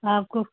आपको